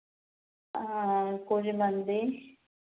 ആ കുഴിമന്തി